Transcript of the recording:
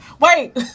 Wait